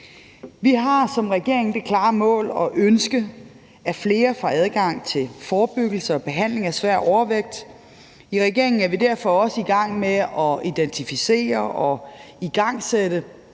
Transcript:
Vi har som regering det klare mål og ønske, at flere får adgang til forebyggelse og behandling af svær overvægt. I regeringen er vi derfor også i gang med at identificere og igangsætte